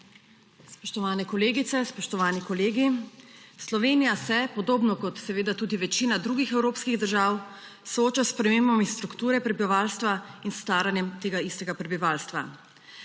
Spoštovane kolegice, spoštovani kolegi! Slovenija se podobno kot seveda tudi večina drugih evropskih držav sooča s spremembami strukture prebivalstva in s staranjem tega istega prebivalstva.